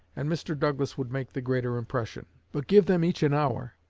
and mr. douglas would make the greater impression. but give them each an hour,